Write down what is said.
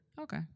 okay